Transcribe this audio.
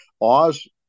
Oz